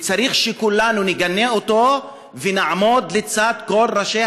צריך שכולנו נגנה אותו ונעמוד לצד כל ראשי